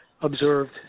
observed